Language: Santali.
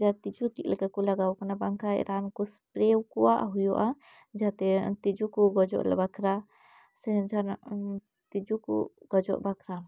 ᱡᱟ ᱛᱤᱡᱩ ᱪᱮᱜ ᱞᱮᱠᱟ ᱠᱚ ᱞᱟᱜᱟᱣ ᱠᱟᱱᱟ ᱵᱟᱝ ᱠᱷᱟᱡ ᱨᱟᱱ ᱠᱚ ᱥᱯᱨᱮ ᱠᱚᱣᱟᱜ ᱦᱩᱭᱩᱜᱼᱟ ᱡᱟᱛᱮ ᱛᱤᱡᱩ ᱠᱚ ᱜᱩᱡᱩᱜ ᱵᱟᱠᱷᱨᱟ ᱥᱮ ᱡᱟᱦᱟᱸᱱᱟᱜ ᱛᱤᱡᱩ ᱠᱚ ᱜᱚᱡᱚᱜ ᱵᱟᱠᱷᱨᱟ